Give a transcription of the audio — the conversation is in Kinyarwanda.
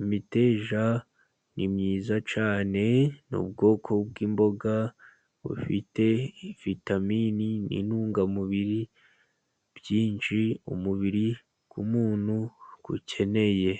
imiteja ni myiza cyane ni ubwoko bw'imboga bufite vitamini n'intungamubiri nyinshi umubiri w'umuntu ukeneye.